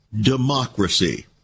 democracy